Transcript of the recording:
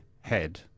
head